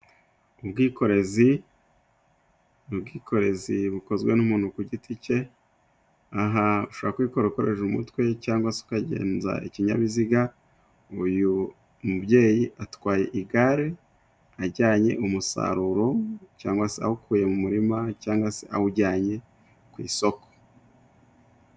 Ubwikorezi, ubwikorezi bukozwe n'umuntu ku giti cye, aha ushobora kwikorera ukoresha umutwe cangwa se ukagenza ikinyabiziga, uyu mubyeyi atwaye igare ajyanye umusaruro cyangwa se awukuye mu murima, cyangwa se awujyanye ku isoko.